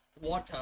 water